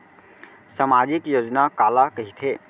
सामाजिक योजना काला कहिथे?